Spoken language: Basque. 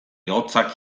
hotzak